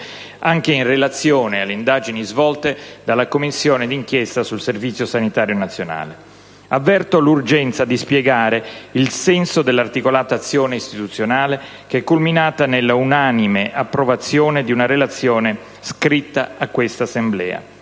anche in relazione alle indagini svolte in materia dalla Commissione d'inchiesta sul Servizio sanitario nazionale. Avverto l'urgenza di spiegare il senso dell'articolata azione istituzionale, che è culminata nella unanime approvazione di una relazione scritta a questa Assemblea,